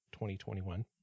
2021